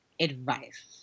advice